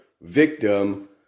victim